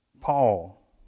Paul